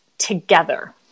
together